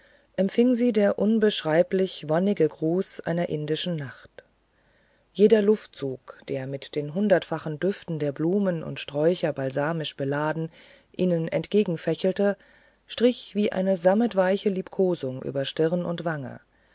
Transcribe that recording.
empfing sie der unbeschreiblich wonnige gruß einer indischen nacht jeder luftzug der mit den hundertfachen düften der blumen und sträucher balsamisch beladen ihnen entgegenfächelte strich wie eine sammetweiche liebkosung über stirn und wange